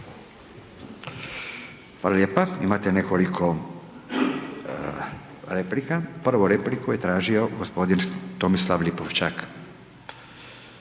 Hvala lijepa. Imate nekoliko replika. Prvu repliku je tražio g. Tomislav Lipoščak.